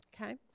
Okay